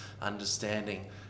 understanding